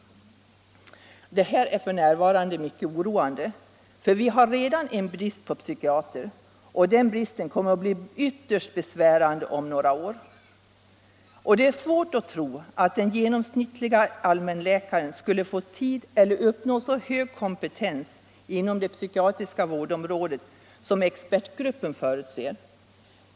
Det här är f. n. mycket oroande. Vi har redan en brist på psykiatrer, och denna brist kommer att bli ytterst besvärande om några år. Det är svårt att tro att den genomsnittliga allmänläkaren skulle kunna uppnå så hög kompetens inom det psykiatriska vårdområdet som expertgruppen förutsätter.